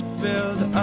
filled